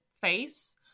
face